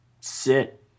sit